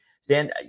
Stan